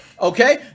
Okay